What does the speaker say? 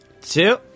Two